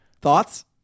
Thoughts